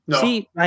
See